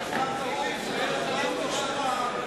אדוני היושב-ראש, נפלה טעות.